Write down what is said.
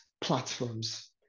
platforms